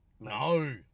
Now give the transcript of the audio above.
No